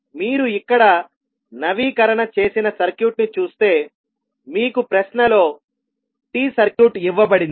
కాబట్టి మీరు ఇక్కడ నవీకరణ చేసిన సర్క్యూట్ను చూస్తే మీకు ప్రశ్నలో T సర్క్యూట్ ఇవ్వబడింది